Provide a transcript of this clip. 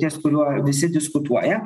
ties kuriuo visi diskutuoja